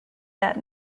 that